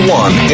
one